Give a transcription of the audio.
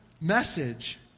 message